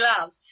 love